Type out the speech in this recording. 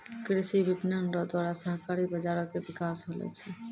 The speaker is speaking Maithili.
कृषि विपणन रो द्वारा सहकारी बाजारो के बिकास होलो छै